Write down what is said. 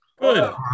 good